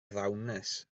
ddawnus